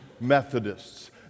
Methodists